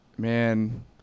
Man